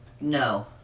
no